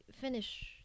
finish